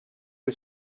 que